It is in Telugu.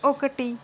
ఒకటి